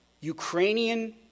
Ukrainian